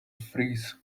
freeze